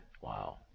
Wow